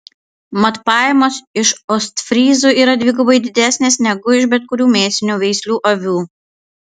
mat pajamos iš ostfryzų yra dvigubai didesnės negu iš bet kurių mėsinių veislių avių